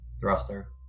Thruster